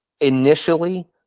initially